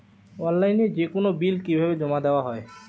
অনলাইনে যেকোনো বিল কিভাবে জমা দেওয়া হয়?